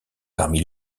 parmi